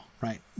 right